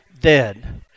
dead